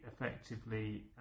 effectively